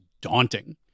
daunting